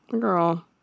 girl